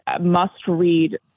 must-read